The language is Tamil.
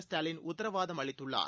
ஸ்டாலின் உத்தரவாதம் அளித்துள்ளார்